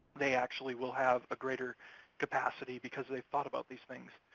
they actually will have a greater capacity because they've thought about these things